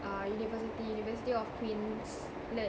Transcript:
err university university of queensland